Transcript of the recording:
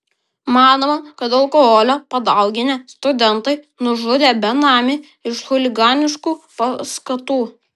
manoma kad alkoholio padauginę studentai nužudė benamį iš chuliganiškų paskatų